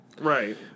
Right